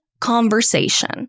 conversation